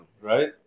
right